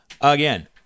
again